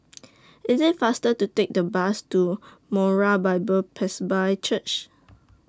IT IS faster to Take The Bus to Moriah Bible Presby Church